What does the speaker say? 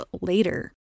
later